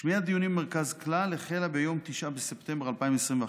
שמיעת דיונים במרכז כלל החלה ביום 9 בספטמבר 2021,